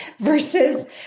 versus